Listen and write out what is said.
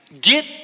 get